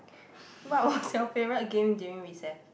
what was your favorite game during recess